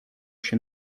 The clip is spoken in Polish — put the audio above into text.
się